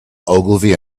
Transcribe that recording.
ogilvy